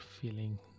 feeling